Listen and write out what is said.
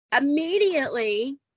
immediately